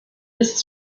ist